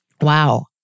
wow